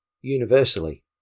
universally